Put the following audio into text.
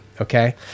okay